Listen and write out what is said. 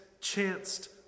chanced